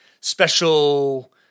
special